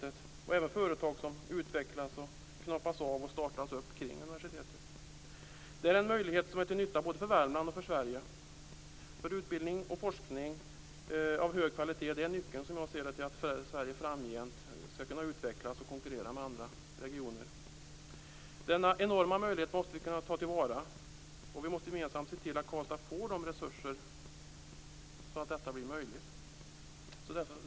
Det gäller även förtag som utvecklas, knoppas av och startas kring universitetet. Det är en möjlighet som är till nytta både för Värmland och för Utbildning och forskning av hög kvalitet är som jag ser det nyckeln till att Sverige framgent skall kunna utvecklas och kunna konkurrera med andra regioner. Denna enorma möjlighet måste vi kunna ta till vara. Vi måste gemensamt se till att Karlstad får de resurser som krävs så att detta blir möjligt.